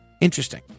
Interesting